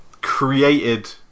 created